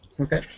Okay